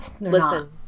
Listen